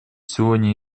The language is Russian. сегодня